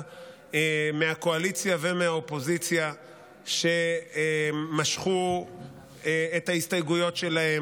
מהקואליציה ומהאופוזיציה שמשכו את ההסתייגויות שלהם.